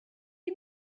you